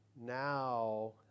Now